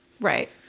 Right